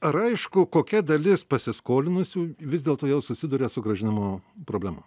ar aišku kokia dalis pasiskolinusių vis dėlto jau susiduria su grąžinimo problema